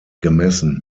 gemessen